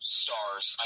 stars